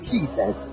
Jesus